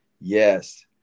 Yes